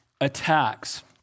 attacks